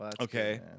Okay